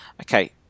Okay